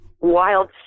wild